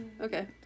Okay